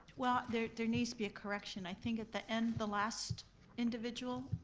well, there there needs to be a correction. i think at the end, the last individual,